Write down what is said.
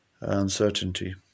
uncertainty